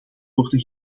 worden